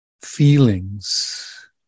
feelings